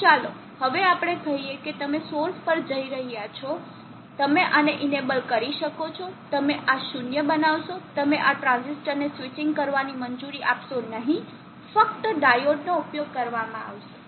તો ચાલો હવે આપણે કહીએ કે તમે સોર્સ પર જઈ રહ્યા છો તમે આને ઇનેબલ કરી શકશો તમે આ 0 બનાવશો તમે આ ટ્રાંઝિસ્ટર ને સ્વિચીંગ કરવાની મંજૂરી આપશો નહીં ફક્ત ડાયોડ નો ઉપયોગ કરવામાં આવશે